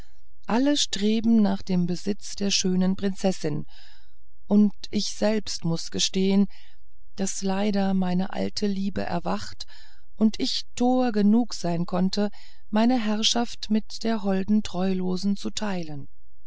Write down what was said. alle streben nach dem besitz der schönen prinzessin und ich selbst muß gestehen daß leider meine alte liebe erwacht und ich tor genug sein konnte meine herrschaft mit der holden treulosen zu teilen